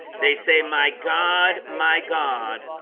they say my god my god.